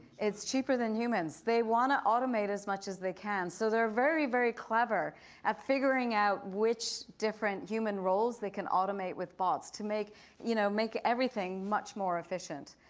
it's cheaper than humans. they want to automate as much as they can. so they're are very, very clever at figuring out which different human roles they can automate with bots to make you know make everything much more efficient.